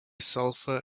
sulphur